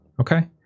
Okay